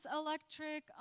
electric